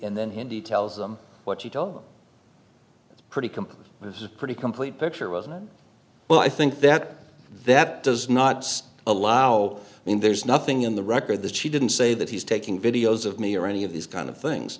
and then indeed tells them what she told them pretty complete was pretty complete picture wasn't well i think that that does not allow i mean there's nothing in the record that she didn't say that he's taking videos of me or any of these kind of things